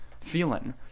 feeling